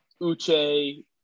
uche